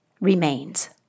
remains